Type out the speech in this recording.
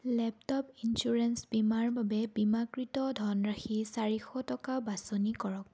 laptop insurance বীমাৰ বাবে বীমাকৃত ধনৰাশি চাৰিশ টকা বাচনি কৰক